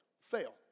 Fail